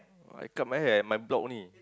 I cut my hair my block only